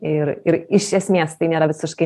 ir ir iš esmės tai nėra visiškai